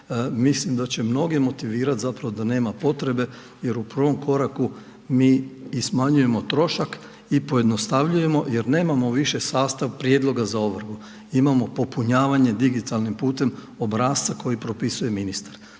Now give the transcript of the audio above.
mislim da će mnoge motivirati zapravo da nema potrebe jer u prvom koraku mi i smanjujemo troška i pojednostavljujemo jer nemamo više sastav prijedloga za ovrhu. Imamo popunjavanje digitalnim putem obrasca koji propisuje ministar.